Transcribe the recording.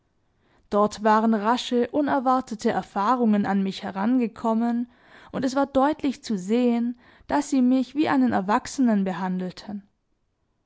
dort waren rasche unerwartete erfahrungen an mich herangekommen und es war deutlich zu sehen daß sie mich wie einen erwachsenen behandelten